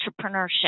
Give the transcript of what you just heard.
entrepreneurship